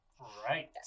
right